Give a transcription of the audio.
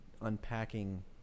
unpacking